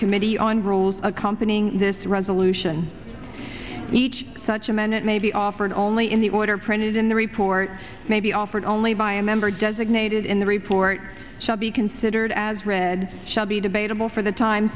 committee on rules accompanying this resolution each such a minute may be offered only in the order printed in the report may be offered only by a member designated in the report shall be considered as read shall be debatable for the time